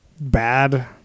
bad